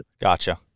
Gotcha